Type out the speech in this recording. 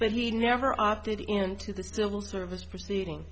but he never opted into the civil service proceeding